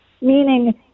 meaning